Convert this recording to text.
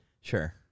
Sure